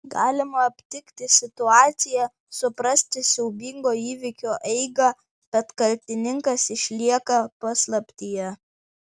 galima aptikti situaciją suprasti siaubingo įvykio eigą bet kaltininkas išlieka paslaptyje